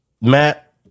Matt